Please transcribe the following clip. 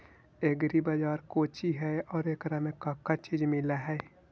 Agri bazaar कोची हई और एकरा में का का चीज मिलै हई?